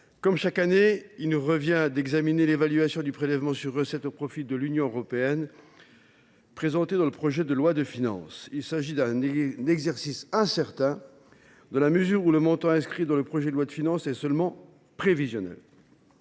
comme chaque année, il nous revient d’examiner l’évaluation du prélèvement sur recettes au profit de l’Union européenne présentée dans le projet de loi de finances. Il s’agit d’un exercice incertain, dans la mesure où le montant inscrit dans le projet de loi de finances est seulement prévisionnel.